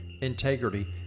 integrity